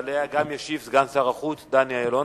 שגם עליה ישיב סגן שר החוץ דני אילון.